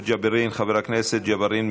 חבר הכנסת יוסף ג'בארין,